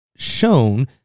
shown